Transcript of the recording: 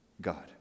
God